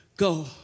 Go